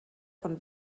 von